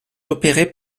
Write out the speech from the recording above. opéré